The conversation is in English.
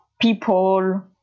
people